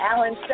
Alan